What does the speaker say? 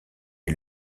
est